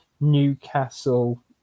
Newcastle